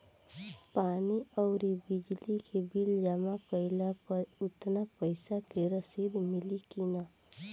पानी आउरबिजली के बिल जमा कईला पर उतना पईसा के रसिद मिली की न?